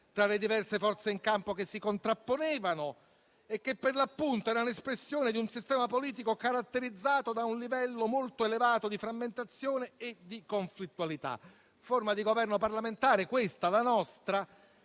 tra le diverse forze in campo che si contrapponevano e che erano, per l'appunto, espressione di un sistema politico caratterizzato da un livello molto elevato di frammentazione e di conflittualità. Forma di Governo parlamentare, la nostra,